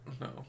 No